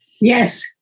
Yes